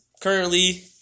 Currently